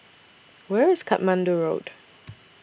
Where IS Katmandu Road